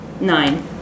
Nine